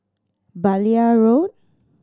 Blair Road